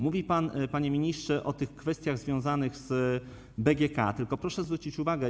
Mówi pan, panie ministrze, o tych kwestiach związanych z BGK, tylko proszę zwrócić uwagę.